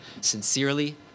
sincerely